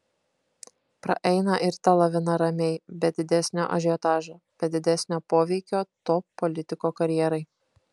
praeina ir ta lavina ramiai be didesnio ažiotažo be didesnio poveikio to politiko karjerai